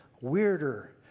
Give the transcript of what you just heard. weirder